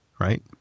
right